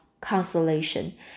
consolation